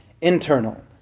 internal